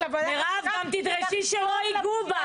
הישיבה